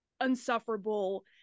unsufferable